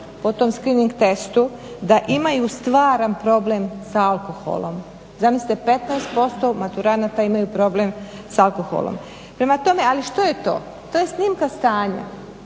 po tom Screening testu da imaju stvaran problem sa alkoholom, zamislite 15% maturanata imaju problem sa alkoholom. Prema tome, što je to? To je snimka stanja